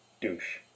Douche